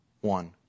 One